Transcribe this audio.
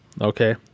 Okay